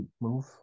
move